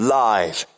live